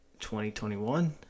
2021